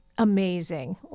Amazing